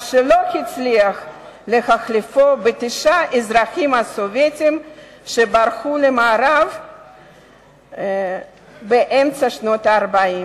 שלא הצליח להחליפו בתשעה אזרחים סובייטים שברחו למערב באמצע שנות ה-40.